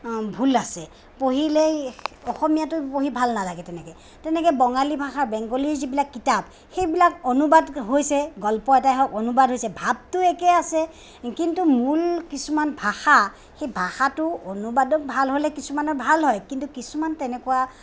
ভুল আছে পঢ়িলেই অসমীয়াটো পঢ়ি ভাল নালাগে তেনেকে তেনেকে বঙালী ভাষাৰ বেঙ্গলী যিবিলাক কিতাপ সেইবিলাক অনুবাদ হৈছে গল্প এটাই হওক অনুবাদ হৈছে ভাৱটো একে আছে কিন্তু মূল কিছুমান ভাষা সেই ভাষাটো অনুবাদক ভাল হ'লে কিছুমানৰ ভাল হয় কিন্তু কিছুমান তেনেকুৱা